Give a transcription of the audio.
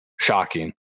shocking